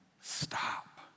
stop